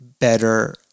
better